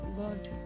God